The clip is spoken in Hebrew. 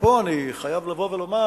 ופה אני חייב לבוא ולומר,